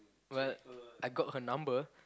well I got her number